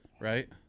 Right